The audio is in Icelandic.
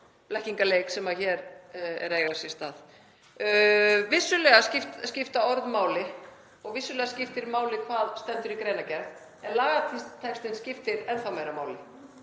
blekkingaleik sem hér er að eiga sér stað. Vissulega skipta orð máli og vissulega skiptir máli hvað stendur í greinargerð, en lagatextinn skiptir enn meira máli.